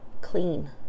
clean